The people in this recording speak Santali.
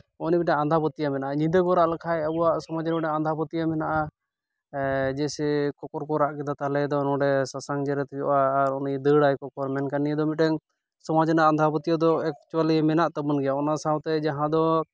ᱱᱚᱜᱼᱚ ᱱᱤᱭᱟᱹ ᱢᱤᱫᱴᱟᱱ ᱟᱸᱫᱷᱟ ᱯᱟᱹᱛᱭᱟᱹᱣ ᱢᱮᱱᱟᱜᱼᱟ ᱧᱤᱫᱟᱹ ᱠᱚ ᱨᱟᱜ ᱞᱮᱠᱷᱟᱡ ᱟᱵᱚᱣᱟᱜ ᱥᱚᱢᱟᱡᱽ ᱨᱮ ᱢᱤᱫᱴᱟᱱ ᱟᱸᱫᱷᱟ ᱯᱟᱹᱛᱭᱟᱹᱣ ᱢᱱᱟᱜᱼᱟ ᱡᱮᱭᱥᱮ ᱠᱚᱠᱚᱨ ᱠᱚ ᱨᱟᱜ ᱠᱮᱫᱟ ᱛᱟᱦᱞᱮ ᱫᱚ ᱱᱚᱰᱮ ᱥᱟᱥᱟᱝ ᱡᱮᱨᱮᱫ ᱦᱩᱭᱩᱜᱼᱟ ᱟᱨ ᱩᱱᱤᱭ ᱫᱟᱹᱲᱟᱭ ᱠᱚᱠᱚᱨ ᱢᱮᱱᱠᱷᱟᱱ ᱱᱤᱭᱟᱹ ᱫᱚ ᱢᱤᱫᱴᱮᱱ ᱥᱚᱢᱟᱡᱽ ᱨᱮᱭᱟᱜ ᱟᱸᱫᱷᱟ ᱯᱟᱹᱛᱭᱟᱹᱣ ᱫᱚ ᱮᱠᱪᱩᱞᱞᱤ ᱢᱮᱱᱟᱜ ᱛᱟᱵᱚᱱ ᱜᱮᱭᱟ ᱚᱱᱟ ᱥᱟᱶᱛᱮ ᱡᱟᱦᱟᱸ ᱫᱚ